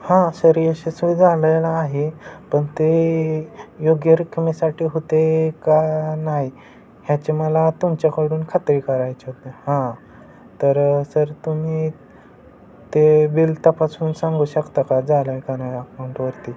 हां सर यशस्वी झालेलं आहे पण ते योग्य रक्कमेसाठी होते का नाही ह्याचे मला तुमच्याकडून खात्री करायचे होते हां तर सर तुम्ही ते बिल तपासून सांगू शकता का झालं आहे का नाही अकाऊंटवरती